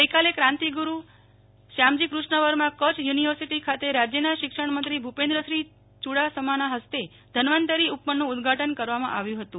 ધન્વંતરિ ઉપવન ગઈકાલે કાંતિગુરૂ શ્યામજીકૃષ્ણ વર્મા કચ્છ યુનિવર્સિટી ખાતે રાજ્યના શિક્ષણમંત્રી ભૂપેન્દ્રસિંહ યુડાસમાના ફસ્તે ધન્વંતરિ ઉપવનનું ઉદ્દઘાટન કરવામાં આવ્યું હતું